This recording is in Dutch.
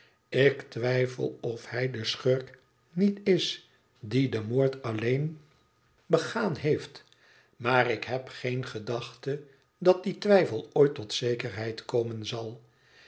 ik twijfel of hij de schurk niet is die den moord alleen begaan heeft maar ik heb geen gedachte dat die twijfel ooit tot zekerheid komen zal